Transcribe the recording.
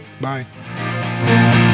Bye